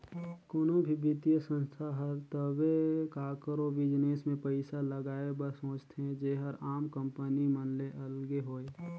कोनो भी बित्तीय संस्था हर तबे काकरो बिजनेस में पइसा लगाए बर सोंचथे जेहर आम कंपनी मन ले अलगे होए